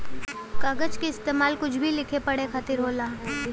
कागज के इस्तेमाल कुछ भी लिखे पढ़े खातिर होला